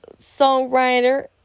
songwriter